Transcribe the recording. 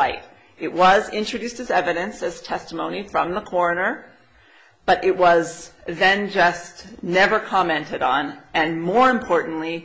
light it was introduced as evidence as testimony from the quarter but it was then just never commented on and more importantly